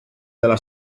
della